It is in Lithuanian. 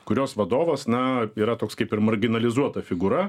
kurios vadovas na yra toks kaip ir marginalizuota figūra